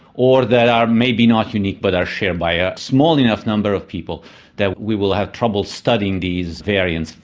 or that are maybe not unique but are shared by a small enough number of people that we will have trouble studying these variants.